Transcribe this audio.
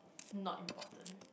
not important